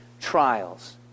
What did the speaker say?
trials